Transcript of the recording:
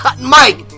Mike